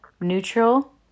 neutral